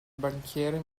banchiere